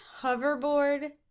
hoverboard